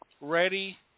ready